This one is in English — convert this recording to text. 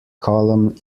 column